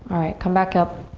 alright, come back up.